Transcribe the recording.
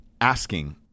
Asking